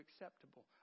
acceptable